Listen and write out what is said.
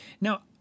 Now